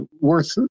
worth